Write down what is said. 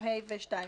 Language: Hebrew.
2.2ה ו-2.2ז".